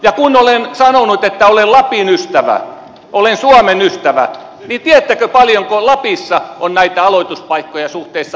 ja kun olen sanonut että olen lapin ystävä olen suomen ystävä niin tiedättekö paljonko lapissa on näitä aloituspaikkoja suhteessa ikäluokkaan